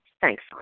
Thanks